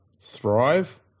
thrive